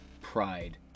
pride